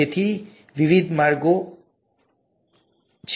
તેથી ત્યાં વિવિધ માર્ગો છે